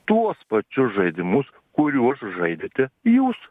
tuos pačius žaidimus kuriuos žaidėte jūs